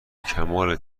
کمال